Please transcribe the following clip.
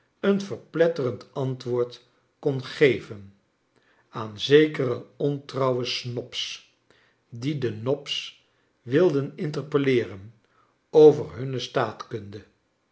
een verpletterend antwoord kon geven aan zekere ontrouwe snobs die de nos wilden interpelleeren over hunne